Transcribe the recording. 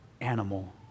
animal